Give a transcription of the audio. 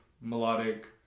melodic